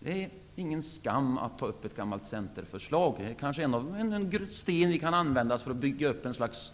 Det är ingen skam att ta upp ett gammalt centerförslag. Kanske är det här en sten som kan användas till att bygga upp ett slags